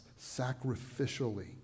sacrificially